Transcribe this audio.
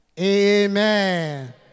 Amen